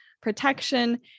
protection